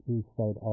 Eastside